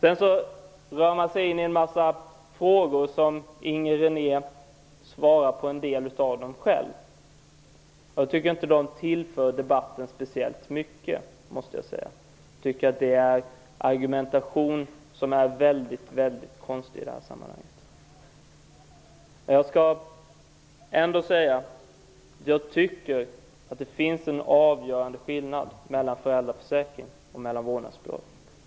Inger René ställer en del frågor som hon själv delvis svarar på. Jag tycker inte att det tillför debatten speciellt mycket. Jag tycker att det är en väldigt konstig argumentation i detta sammanhang. Jag skall ändå säga att jag tycker att det finns en avgörande skillnad mellan föräldraförsäkringen och vårdnadsbidraget.